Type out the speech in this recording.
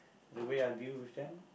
the way I deal with them